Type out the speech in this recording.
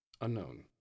Unknown